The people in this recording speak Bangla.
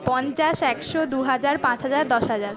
পঞ্চাশ একশো দু হাজার পাঁচ হাজার দশ হাজার